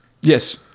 Yes